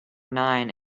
nine